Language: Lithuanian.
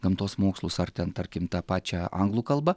gamtos mokslus ar ten tarkim tą pačią anglų kalbą